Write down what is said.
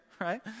right